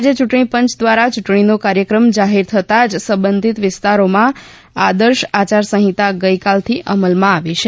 રાજ્ય યૂંટણીપંચ દ્વારા યૂંટણીનો કાર્યક્રમ જાહેર થતા જ સંબંધીત વિસ્તારોમાં આદર્શ આચારસંહિતા ગઇકાલથી અમલમાં આવી છે